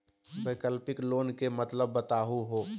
वैकल्पिक लोन के मतलब बताहु हो?